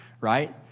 right